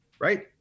right